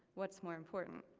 what's more important?